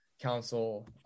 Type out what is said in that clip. council